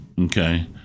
okay